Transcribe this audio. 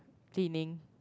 cleaning